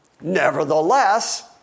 Nevertheless